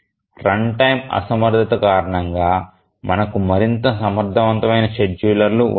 run time అసమర్థత కారణంగా మనకు మరింత సమర్థవంతమైన షెడ్యూలర్లు ఉండవు